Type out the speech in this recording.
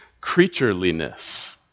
creatureliness